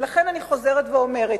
ולכן אני חוזרת ואומרת,